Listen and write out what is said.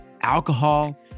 alcohol